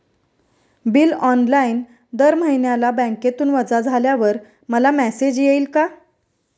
Bill online दर महिन्याला बँकेतून वजा झाल्यावर मला मेसेज येईल का?